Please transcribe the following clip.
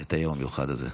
את היום המיוחד הזה.